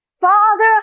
father